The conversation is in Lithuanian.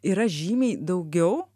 yra žymiai daugiau